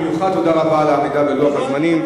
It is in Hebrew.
במיוחד תודה רבה על העמידה בלוח הזמנים.